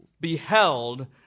beheld